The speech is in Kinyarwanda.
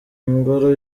ingoro